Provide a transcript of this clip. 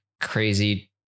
crazy